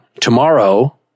tomorrow